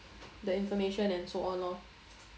the information and so on lor